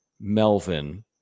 Melvin